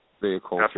vehicle